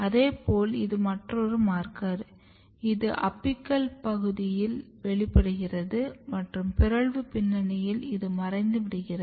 அதேபோல் இது மற்றொரு மார்க்கர் இது அபிக்கல் பகுதியில் வெளிப்படுகிறது மற்றும் பிறழ்வு பின்னணியில் இது மறைந்துவிடுகிறது